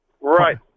Right